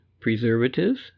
Preservatives